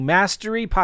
Mastery